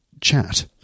chat